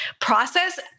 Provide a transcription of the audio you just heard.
process